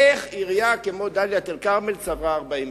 איך עירייה כמו דאלית-אל-כרמל צברה 40 מיליון?